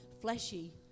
fleshy